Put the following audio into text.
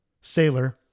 sailor